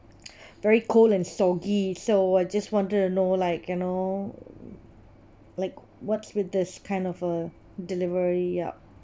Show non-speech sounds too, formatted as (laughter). (noise) very cold and soggy so I just wanted to know like you know like what's with this kind of uh delivery yup